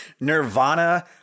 Nirvana